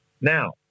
Now